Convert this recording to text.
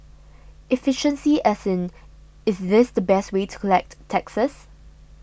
efficiency as in is this the best way to collect taxes